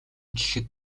гэхэд